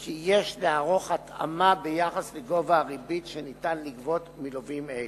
כי יש לערוך התאמה ביחס לגובה הריבית שניתן לגבות מלווים אלה.